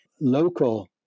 local